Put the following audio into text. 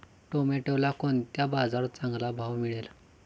टोमॅटोला कोणत्या बाजारात चांगला भाव मिळेल?